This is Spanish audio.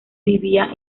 vivía